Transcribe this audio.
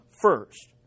first